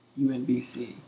UNBC